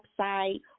website